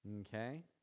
okay